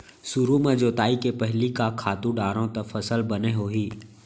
सुरु म जोताई के पहिली का खातू डारव त फसल बने होही?